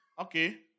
Okay